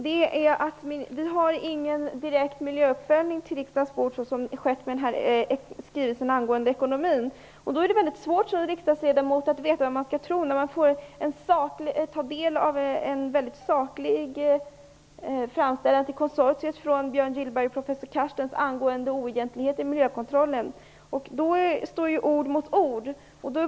Det har inte lagts någon direkt miljöprövning på riksdagens bord, såsom har skett med skrivelsen angående ekonomin. Då är det väldigt svårt för en riksdagsledamot att veta vad man skall tro, när man får ta del av en väldigt saklig framställan till konsortiet från Björn Gillberg och professor Carstens angående oegentligheter i miljökontrollen. Då står ord mot ord.